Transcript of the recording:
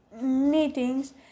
meetings